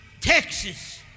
Texas